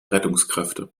rettungskräfte